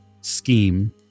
scheme